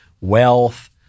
Wealth